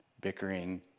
Bickering